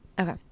Okay